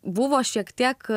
buvo šiek tiek